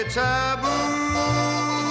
taboo